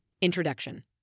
Introduction